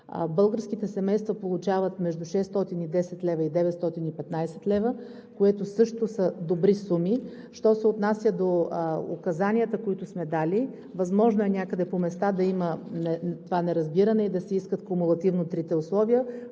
Българските семейства получават между 610 лв. и 915 лв., които също са добри суми. Що се отнася до указанията, които сме дали, възможно е някъде по места да има това неразбиране и да се искат кумулативно трите условия.